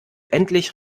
endlich